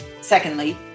secondly